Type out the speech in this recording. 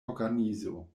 organizo